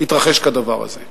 יתרחש כדבר הזה?